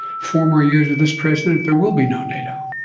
four more years of this president, there will be no nato.